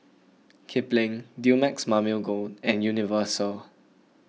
Kipling Dumex Mamil Gold and Universal